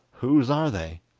whose are they